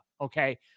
okay